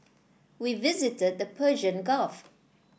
we visited the Persian Gulf